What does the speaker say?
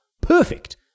perfect